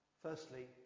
Firstly